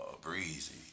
Breezy